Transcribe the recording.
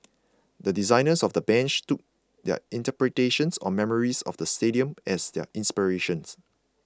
the designers of the bench took their interpretations or memories of the stadium as their inspirations